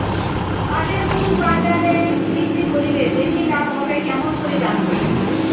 পাশের কুন বাজারে বিক্রি করিলে বেশি লাভ হবে কেমন করি জানবো?